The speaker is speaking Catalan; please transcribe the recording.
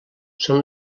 són